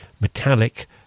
metallic